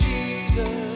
Jesus